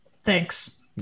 Thanks